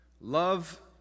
love